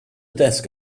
desk